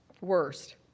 Worst